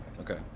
Okay